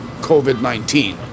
COVID-19